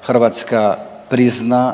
Hrvatska prizna